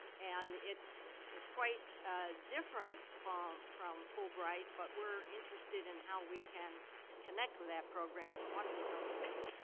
and it's it's quite different um from fulbright, but we're interested in how we can connect with that program. so why don't you tell us about it.